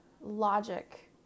logic